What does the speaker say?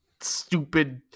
stupid